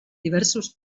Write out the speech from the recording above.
diversos